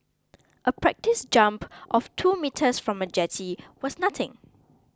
a practice jump of two metres from a jetty was nothing